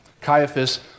Caiaphas